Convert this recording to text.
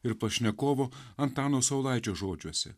ir pašnekovo antano saulaičio žodžiuose